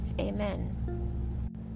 Amen